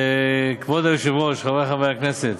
כבוד היושב-ראש, חברי חברי הכנסת,